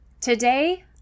today